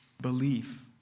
belief